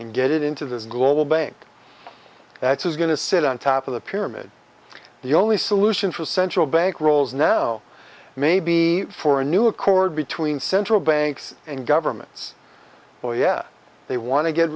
and get it into this global bank that's is going to sit on top of the pyramid the only solution for central bank rolls now may be for a new accord between central banks and governments oh yeah they want to get